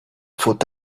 faut